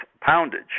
poundage